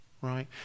right